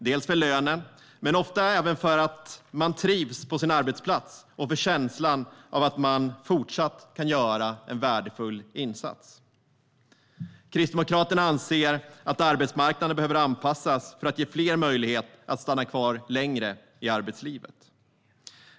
Det handlar bland annat om lönen men ofta även om att man trivs på sin arbetsplats och om känslan av att man fortsatt kan göra en värdefull insats. Kristdemokraterna anser att arbetsmarknaden behöver anpassas för att fler ska ges möjlighet att stanna kvar längre i arbetslivet.